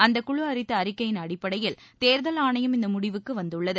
அந்த குழு அளித்த அறிக்கையின் அடிப்படையில் தேர்தல் ஆணையம் இந்த முடிவுக்கு வந்துள்ளது